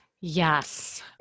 Yes